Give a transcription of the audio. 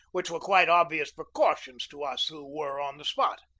which were quite obvious precautions to us who were on the spot.